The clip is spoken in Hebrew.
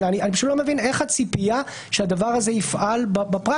אני פשוט לא מבין איך הציפייה שהדבר הזה יפעל בפרקטיקה.